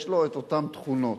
יש לו אותן תכונות.